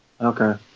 Okay